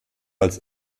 als